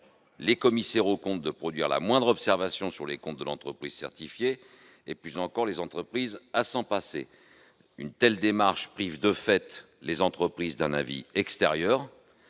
les commissaires aux comptes de produire la moindre observation sur les comptes de l'entreprise certifiée et, plus encore, à encourager les entreprises à s'en passer. Une telle démarche prive de fait les entreprises d'un avis extérieur,